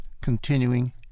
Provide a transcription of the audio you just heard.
continuing